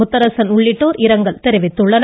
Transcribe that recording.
முத்தரசன் ஆகியோர் இரங்கல் தெரிவித்துள்ளனர்